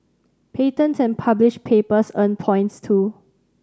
patents and published papers earn points too